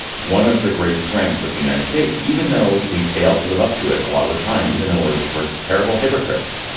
one of the great strengths of the united states, even though we fail to live up to it a lot of the time, even though we're we're terrible hypocrites,